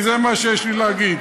כי זה מה שיש לי להגיד.